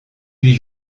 huit